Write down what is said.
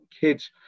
kids